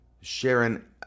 Sharon